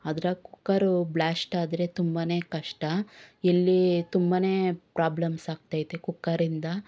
ಅದ್ರಾಗೆ ಕುಕ್ಕರು ಬ್ಲಾಶ್ಟಾದ್ರೆ ತುಂಬನೇ ಕಷ್ಟ ಇಲ್ಲಿ ತುಂಬನೇ ಪ್ರಾಬ್ಲಮ್ಸ್ ಆಗ್ತೈತೆ ಕುಕ್ಕರಿಂದ